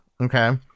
okay